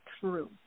true